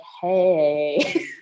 Hey